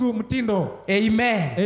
Amen